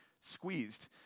squeezed